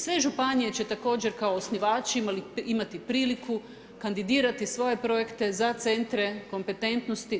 Sve županije će također kao osnivači imati priliku kandidirati svoje projekte za centre kompetentnosti.